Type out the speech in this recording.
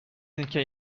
اینکه